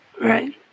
right